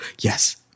Yes